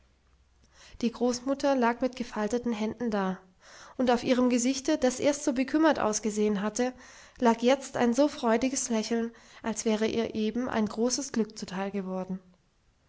die großmutter lag mit gefalteten händen da und auf ihrem gesichte das erst so bekümmert ausgesehen hatte lag jetzt ein so freudiges lächeln als wäre ihr eben ein großes glück zuteil geworden